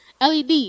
led